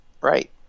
Right